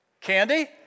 Candy